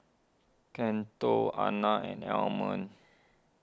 Cato Alannah and Almond